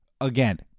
Again